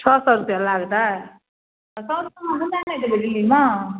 छओ सओ रुपैआ लागतै आओर सओ रुपैआमे घुमा नहि देबै दिल्लीमे